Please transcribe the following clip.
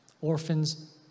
orphans